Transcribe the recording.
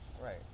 Right